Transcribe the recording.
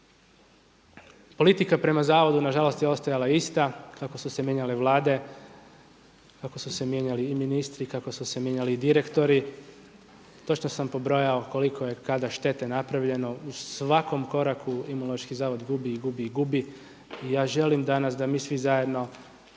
Politika prema zavodu nažalost je ostajala ista, kako su se mijenjale Vlade, kako su se mijenjali i ministri, kako su se mijenjali i direktori, to što sam pobrojalo koliko je kada štete napravljeno u svakom koraku imunološki zavod gubi i gubi i gubi. I ja želim danas da mi svi zajedno